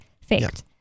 Faked